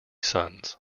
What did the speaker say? sons